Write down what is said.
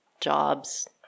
jobs